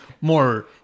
more